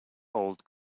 old